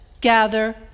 gather